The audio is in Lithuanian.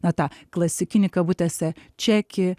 na tą klasikinį kabutėse čekį